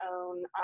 own